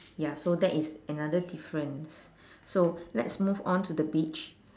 ya so that is another difference so let's move on to the beach